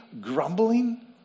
grumbling